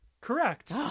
Correct